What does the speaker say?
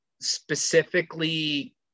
specifically